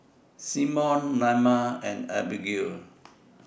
Symone Naima and Abigail